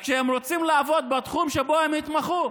רק שהם רוצים לעבוד בתחום שבו הם התמחו.